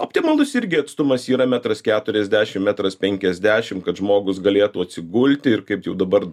optimalus irgi atstumas yra metras keturiasdešimt metras penkiasdešimt kad žmogus galėtų atsigulti ir kaip jau dabar